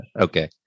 Okay